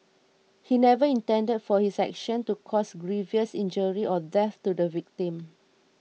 he never intended for his action to cause grievous injury or death to the victim